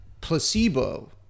placebo